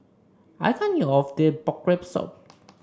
I can't eat all of this Pork Rib Soup